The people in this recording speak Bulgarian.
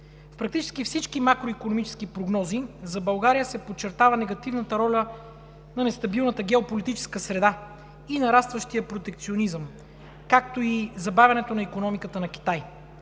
Практически във всички макроикономически прогнози за България се подчертава негативната роля на нестабилната геополитическа среда и нарастващият протекционизъм, както и забавянето на икономиката на Китай.